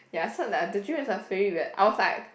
ya so like the dream is was very weird I was like